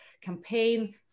campaign